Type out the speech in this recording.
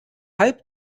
halb